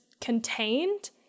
contained